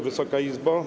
Wysoka Izbo!